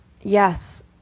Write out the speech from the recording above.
yes